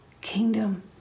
kingdom